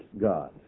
God